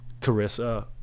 Carissa